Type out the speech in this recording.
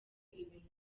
ibintu